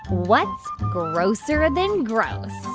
what's grosser ah than gross?